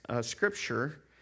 scripture